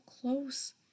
close